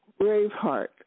Braveheart